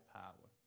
power